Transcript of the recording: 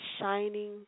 shining